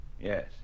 Yes